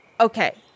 Okay